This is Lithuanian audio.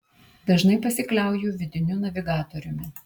dažnai pasikliauju vidiniu navigatoriumi